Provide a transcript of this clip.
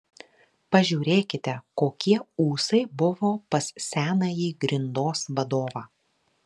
pažiūrėkite kokie ūsai buvo pas senąjį grindos vadovą